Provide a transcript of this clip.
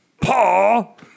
Paul